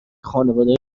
خانواده